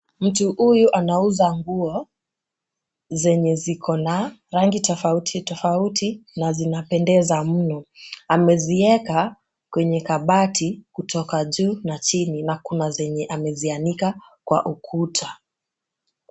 Mtu huyu anauza nguo zenye ziko na rangi tofauti tofauti na zinapendeza mno. Amezieka kwenye kabati kutoka juu na chini na kuna zenye amezianika kwa ukuta.